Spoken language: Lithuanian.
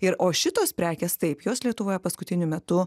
ir o šitos prekės taip jos lietuvoje paskutiniu metu